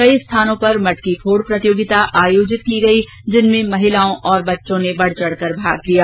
अनेक स्थानों पर मटकी फोड़ प्रतियोगिता आयोजित की गई जिनमें महिलाओं और बच्चों ने भी भाग लिया